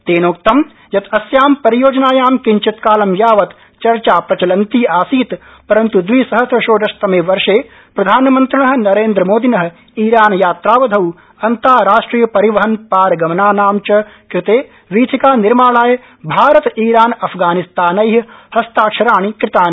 तेनोक्तं यत् अस्यां परियोजनायां किंचित् कालं यावत् चर्चा प्रचलन्ती आसीत् परन्त् दविसहस्र षोडशतमे वर्षे प्रधानमन्त्रिण नरेन्द्र मोदिन ईरानयात्रावधौ अन्ताराष्ट्रिय परिवहन पारगमनानां च कृते वीथिकानिर्माणाय भारत ईरान अफगानिस्तानै हस्ताक्षराणि क़तानि